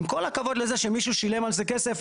עם כל הכבוד לזה שמישהו שילם על זה כסף,